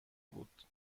بود